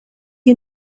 you